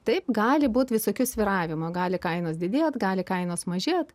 taip gali būti visokių svyravimų gali kainos didėt gali kainos mažėt